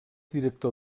director